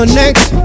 next